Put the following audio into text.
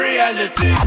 Reality